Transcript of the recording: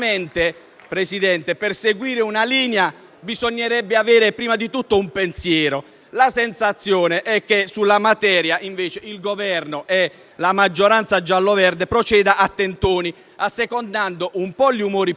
Presidente, per seguire una linea bisognerebbe avere prima di tutto un pensiero. La sensazione è che sulla materia, invece, il Governo e la maggioranza gialloverde procedano a tentoni, assecondando un po' gli umori popolari